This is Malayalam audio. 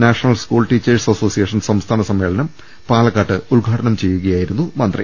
നാഷണൽ സ്കൂൾ ടീച്ചേഴ്സ് അസോസിയേഷൻ സംസ്ഥാന സമ്മേ ളനം പാലക്കാട്ട് ഉദ്ഘാടനം ചെയ്യുകയായിരുന്നു മന്ത്രി